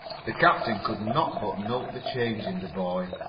the captain could not but note the change in the boy.